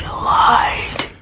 lied.